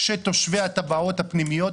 כשתושבי הטבעות הפנימיות,